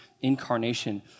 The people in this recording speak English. incarnation